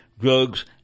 drugs